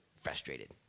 Frustrated